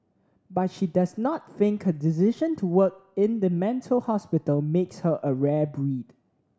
but she does not think her decision to work in the mental hospital makes her a rare breed